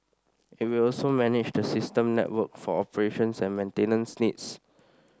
it will also manage the system network for operations and maintenance needs